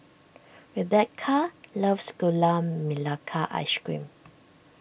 Rebekah loves Gula Melaka Ice Cream